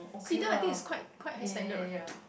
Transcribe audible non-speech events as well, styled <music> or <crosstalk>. Cedar I think is quite quite high standard right <noise>